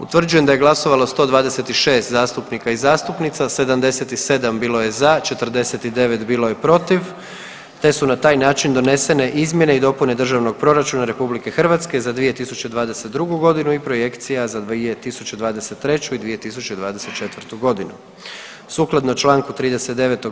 Utvrđujem da je glasovalo 126 zastupnika i zastupnica, 77 bilo je za, 49 bilo je protiv te su na taj način donesene Izmjene i dopune Državnog proračuna RH za 2022. g. i Projekcijama za 2023. i 2024. g. Sukladno članku 39.